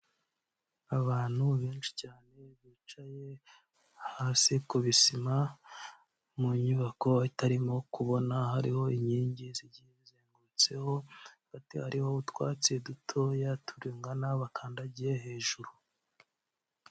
Abantu benshi cyane bicaye hasi ku bisima mu nyubako itarimo kubona, hariho inkingi zigiye zizengurutseho, hagati hariho utwatsi dutoya tungana bakandagiye hejuru.